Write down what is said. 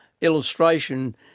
illustration